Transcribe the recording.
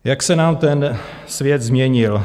Jak se nám ten svět změnil.